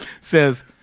says